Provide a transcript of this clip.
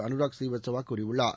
Anurag ஸ்ரீவத்சவாகூறியுள்ளார்